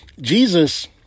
Jesus